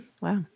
Wow